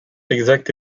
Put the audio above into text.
exacte